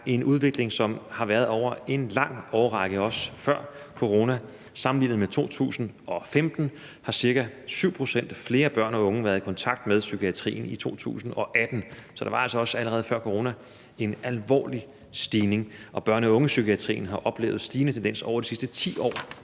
en udvikling, som har været der over en lang årrække, også før corona. Sammenlignet med 2015 har ca. 7 pct. flere børn og unge været i kontakt med psykiatrien i 2018. Så der var altså også allerede før corona en alvorlig stigning, og børne- og ungepsykiatrien har oplevet en stigende tendens over de sidste 10 år;